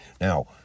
Now